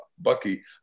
Bucky